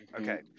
Okay